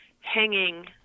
hanging